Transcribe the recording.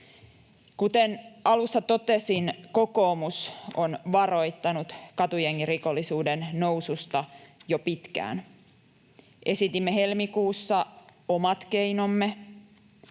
Kuten alussa totesin, kokoomus on varoittanut katujengirikollisuuden noususta jo pitkään. Esitimme helmikuussa omat keinomme,